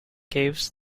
caves